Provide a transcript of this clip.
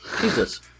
Jesus